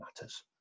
matters